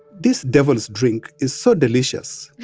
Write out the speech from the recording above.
this devil's drink is so delicious